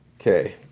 Okay